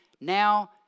now